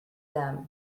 them